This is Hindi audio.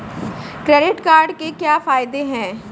क्रेडिट कार्ड के क्या फायदे हैं?